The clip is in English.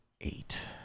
eight